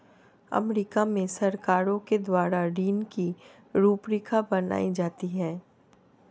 अमरीका में सरकारों के द्वारा ऋण की रूपरेखा बनाई जाती है